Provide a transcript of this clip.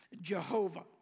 Jehovah